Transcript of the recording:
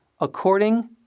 according